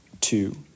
two